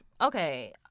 Okay